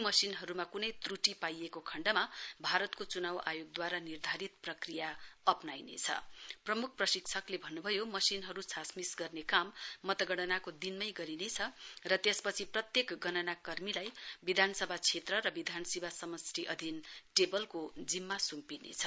मशिनहरूमा कुनै त्रुटि पाइको खण्डमा भारतको चुनाउ आयोगद्वारा प्रमुख प्रशिक्षकले भन्नु भयो मशिनहरू छझासमिस गर्ने काम गणनाको दिन गरिनेछ र त्यसपछि प्रत्येक गणना कर्मीलाई विधानसभा क्षेत्र र विधानसभा समष्टि अधिन टेबलको जिम्मा सुम्पिनेछ